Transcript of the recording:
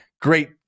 Great